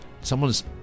someone's